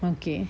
okay